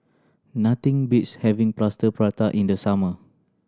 nothing beats having Plaster Prata in the summer